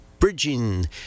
bridging